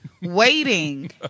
waiting